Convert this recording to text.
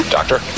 Doctor